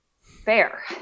fair